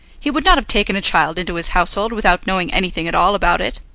he would not have taken a child into his household without knowing anything at all about it.